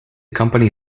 company